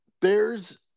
Bears